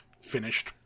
finished